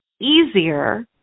easier